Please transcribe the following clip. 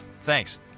Thanks